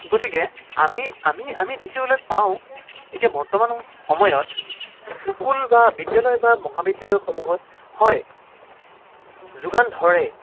গতিকে আমি আমি আমি দেখিবলৈ পাওঁ এতিয়া বৰ্তমান সময়ত স্কুল বা বিদ্যালয় বা মহাবিদ্যালয়সমূহত হয় যোগান ধৰে